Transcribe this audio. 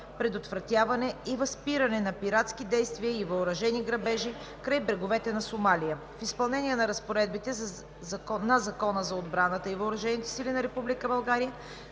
предотвратяване и възпиране на пиратски действия и въоръжени грабежи край бреговете на Сомалия. В изпълнение на разпоредбите на Закона за отбраната и въоръжените сили на